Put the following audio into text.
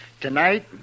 Tonight